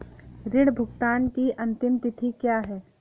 ऋण भुगतान की अंतिम तिथि क्या है?